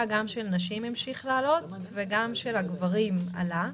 גם של הנשים המשיך לעלות וגם של הגברים עלה.